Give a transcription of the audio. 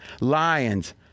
Lions